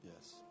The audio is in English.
Yes